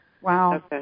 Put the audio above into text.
Wow